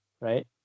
right